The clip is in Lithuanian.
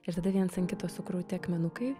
ir tada viens ant kito sukrauti akmenukai